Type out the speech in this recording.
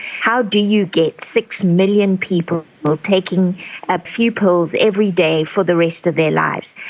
how do you get six million people taking a few pills every day for the rest of their lives?